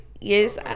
Yes